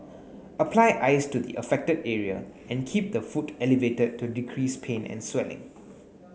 apply ice to the affected area and keep the foot elevated to decrease pain and swelling